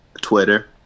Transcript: Twitter